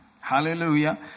Hallelujah